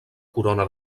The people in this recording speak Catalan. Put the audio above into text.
corona